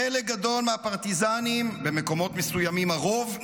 חלק גדול מהפרטיזנים במקומות מסוימים, הרוב,